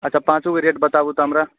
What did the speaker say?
अच्छा पाँचोके रेट बताबू तऽ हमरा